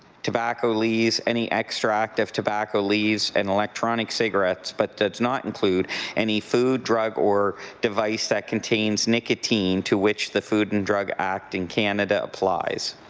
tobacco leaves, any extract of tobacco leaves and electronic cigarettes but does not include any food, drug or device that contains nicotine to which the food and drug act in canada applies.